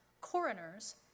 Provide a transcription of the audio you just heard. coroners